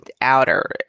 outer